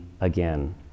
again